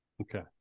Okay